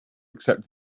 accept